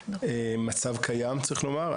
מצב קיים צריך לומר.